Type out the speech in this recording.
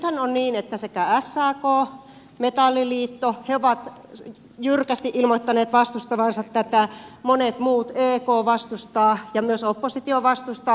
nythän on niin että sekä sak että metalliliitto ovat jyrkästi ilmoittanut vastustavansa tätä monet muut ek vastustavat ja myös oppositio vastustaa